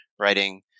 writing